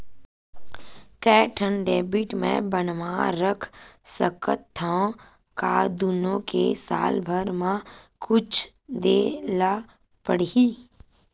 के ठन डेबिट मैं बनवा रख सकथव? का दुनो के साल भर मा कुछ दे ला पड़ही?